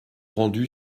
rendu